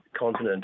continent